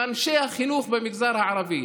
לאנשי החינוך במגזר הערבי?